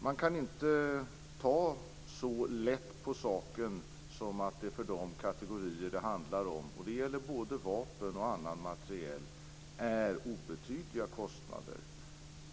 Man kan inte ta så lätt på saken som att säga att det är obetydliga kostnader för de kategorier det handlar om, och det gäller både vapen och annan materiel.